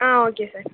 ah okay sir